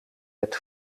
met